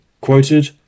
Quoted